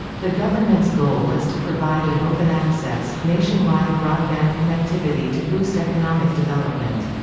the government's goal is to provide an open-access, nationwide broadband connectivity to boost economic development.